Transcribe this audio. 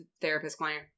therapist-client